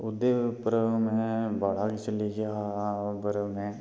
ओह्दे उप्पर में बड़ा किश लिखेआ हा पर में